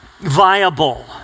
Viable